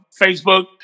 Facebook